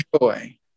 joy